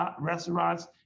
restaurants